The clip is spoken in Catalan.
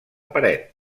paret